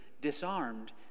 disarmed